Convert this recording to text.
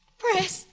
press